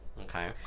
Okay